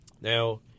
Now